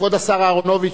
כבוד השר אהרונוביץ,